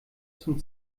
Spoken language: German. zum